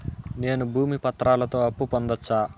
నేను భూమి పత్రాలతో అప్పు పొందొచ్చా?